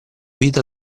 vita